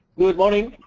good morning,